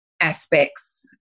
aspects